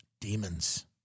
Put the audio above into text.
demons